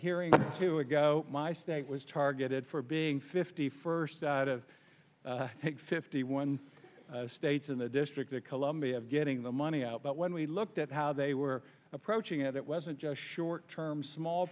hearing two ago my state was targeted for being fifty first out of fifty one states in the district of columbia getting the money out but when we looked at how they were approaching it it wasn't just short term small